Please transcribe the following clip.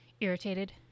irritated